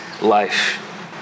life